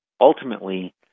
Ultimately